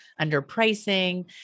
underpricing